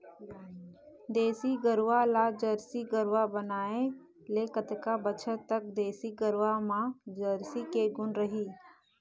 देसी गरवा ला जरसी गरवा बनाए ले कतका बछर तक देसी गरवा मा जरसी के गुण रही?